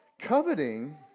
Coveting